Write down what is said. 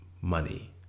money